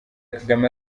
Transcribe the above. kagame